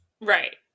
Right